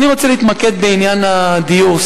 אני רוצה להתמקד בעניין הדיור.